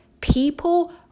People